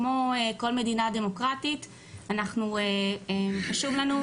כמו כל מדינה דמוקרטית חשוב לנו,